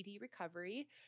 recovery